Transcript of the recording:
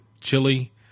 chili